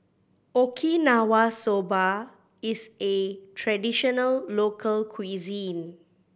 Okinawa Soba is a traditional local cuisine